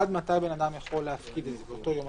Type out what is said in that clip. עד מתי בן אדם יכול להפקיד באותו יום עסקים.